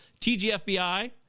TGFBI